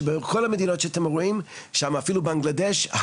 שבכל המדינות שאתם רואים, אפילו בנגלדש,